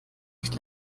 nicht